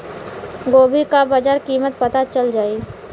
गोभी का बाजार कीमत पता चल जाई?